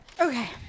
okay